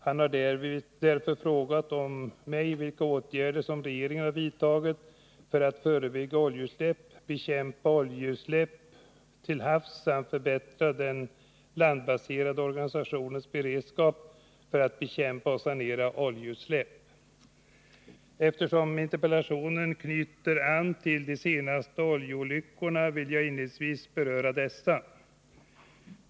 Han har därför frågat mig vilka åtgärder som regeringen har vidtagit för att förebygga oljeutsläpp, bekämpa oljeutsläpp till havs samt förbättra den landbaserade organisationens beredskap för att bekämpa och sanera oljeutsläpp. Eftersom interpellationen knyter an till de senaste oljeolyckorna, vill jag inledningsvis beröra dessa.